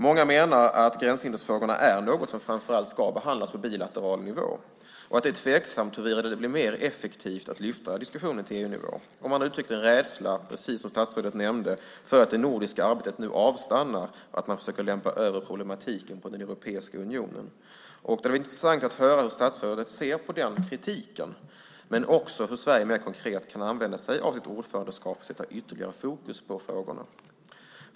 Många menar att gränshindersfrågorna är något som framför allt ska behandlas på bilateral nivå och att det är tveksamt huruvida det blir mer effektivt att lyfta upp diskussionen till EU-nivå. Man har uttryckt en rädsla, precis som statsrådet nämnde, för att det nordiska arbetet nu avstannar och att man försöker lämpa över problematiken på Europeiska unionen. Det hade varit intressant att höra hur statsrådet ser på den kritiken, men också hur Sverige mer konkret kan använda sig av sitt ordförandeskap för att sätta ytterligare fokus på frågorna.